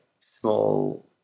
small